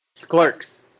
Clerks